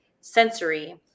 sensory